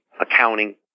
accounting